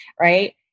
right